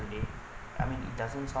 I mean it doesn't sound